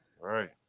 right